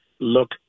look